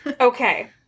Okay